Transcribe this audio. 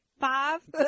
five